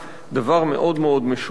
דבר מאוד מאוד משונה.